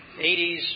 80s